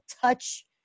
touch